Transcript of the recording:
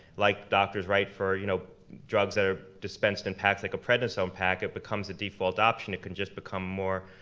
like doctors write for you know drugs that are dispensed in packs like a prednisone pack, it becomes a default option, it can just become more,